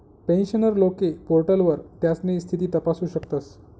pensioner लोके पोर्टलवर त्यास्नी स्थिती तपासू शकतस